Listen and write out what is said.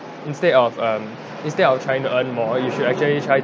instead of um instead of trying to earn more you should actually try